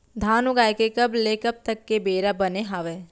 धान उगाए के कब ले कब तक के बेरा बने हावय?